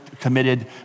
committed